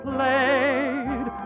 Played